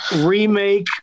remake